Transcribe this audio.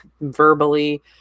verbally